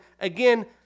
again